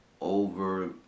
over